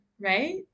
right